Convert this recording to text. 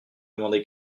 demandé